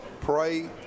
pray